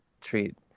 treat